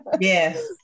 Yes